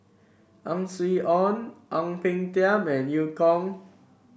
Ang Swee Aun Ang Peng Tiam and Eu Kong